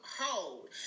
hold